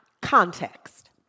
Context